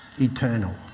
eternal